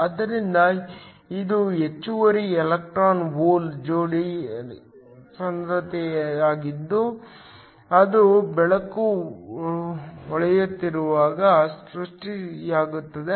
ಆದ್ದರಿಂದ ಇದು ಹೆಚ್ಚುವರಿ ಎಲೆಕ್ಟ್ರಾನ್ ಹೋಲ್ ಜೋಡಿ ಸಾಂದ್ರತೆಯಾಗಿದ್ದು ಅದು ಬೆಳಕು ಹೊಳೆಯುತ್ತಿರುವಾಗ ಸೃಷ್ಟಿಯಾಗುತ್ತದೆ